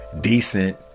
decent